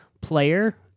player